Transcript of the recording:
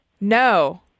No